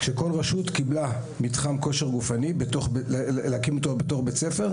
כל רשות קיבלה להקים מתחם כושר גופני בתוך בית ספר,